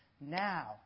now